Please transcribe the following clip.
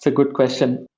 ah good question.